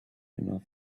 enough